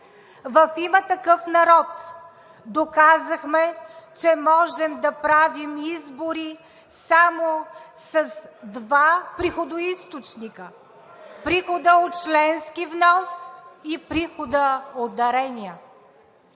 В „Има такъв народ“ доказахме, че можем да правим избори само с два приходоизточника – прихода от членски внос и прихода от дарения.